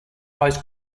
eyes